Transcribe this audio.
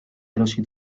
erosi